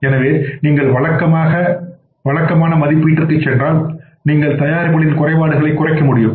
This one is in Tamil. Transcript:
எனவே நீங்கள் வழக்கமான மதிப்பீட்டிற்குச் சென்றால் நீங்கள் தயாரிப்புகளின் குறைபாடுகளைக் குறைக்க முடியும்